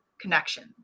connection